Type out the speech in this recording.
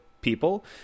people